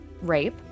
rape